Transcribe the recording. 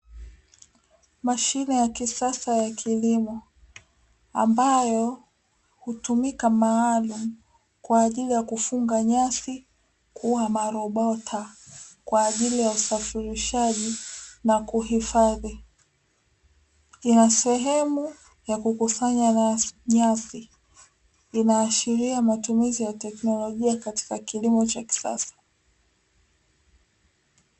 Mashine ya kisasa ya kilimo ambayo hutumika maalumu kwa ajili ya kufunga nyasi kuwa marobota kwa ajili ya usafirishaji na kuhifadhi, ina sehemu ya kukusanya nyasi. Inaashiria matumizi ya teknelojia katika kilimo cha kisasa.